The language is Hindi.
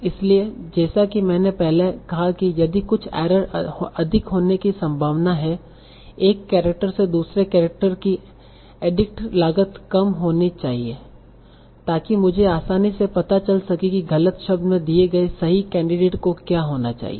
इसलिए जैसा कि मैंने पहले कहा कि यदि कुछ एरर अधिक होने की संभावना है एक केरेक्टर से दूसरे केरेक्टर की एडिक्ट लागत कम होनी चाहिए ताकि मुझे आसानी से पता चल सके कि गलत शब्द में दिए गए सही कैंडिडेट को क्या होना चाहिए